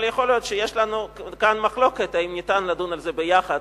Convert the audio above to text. אבל יכול להיות שיש לנו כאן מחלוקת אם אפשר לדון על זה יחד.